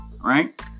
right